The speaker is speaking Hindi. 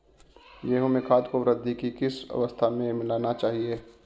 गेहूँ में खाद को वृद्धि की किस अवस्था में मिलाना चाहिए?